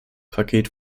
paket